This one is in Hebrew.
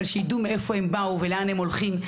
אבל שידעו מאיפה הם באו ולאן הם הולכים.